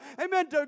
amen